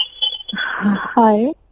Hi